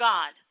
God